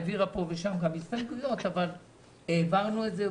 העבירה פה ושם גם הסתייגויות אבל העברנו את זה,